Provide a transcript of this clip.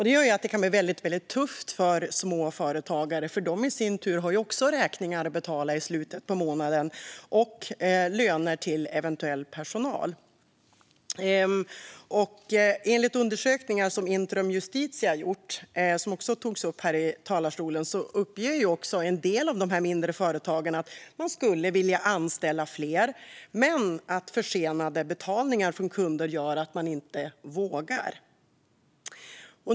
Det gör att det kan bli väldigt tufft för små företagare, för de har i sin tur också räkningar att betala i slutet av månaden, liksom löner till eventuell personal. Enligt undersökningar som Intrum Justitia gjort och som också tagits upp här i talarstolen uppger en del av de mindre företagarna att de skulle vilja anställa fler men att försenade betalningar från kunder gör att de inte vågar.